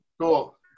Cool